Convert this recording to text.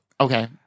Okay